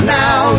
now